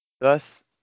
Thus